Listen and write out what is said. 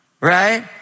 right